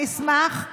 אני אשמח.